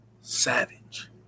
savage